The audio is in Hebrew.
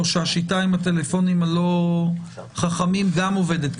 או שהשיטה עם הטלפונים הלא חכמים גם עובדת.